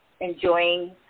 enjoying